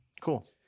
Cool